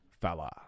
fella